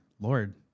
Lord